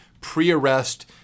pre-arrest